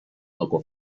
local